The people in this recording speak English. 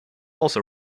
also